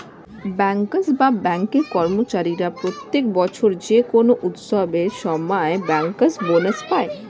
bankers বা ব্যাঙ্কের কর্মচারীরা প্রত্যেক বছর যে কোনো উৎসবের সময় ব্যাংকার্স বোনাস পায়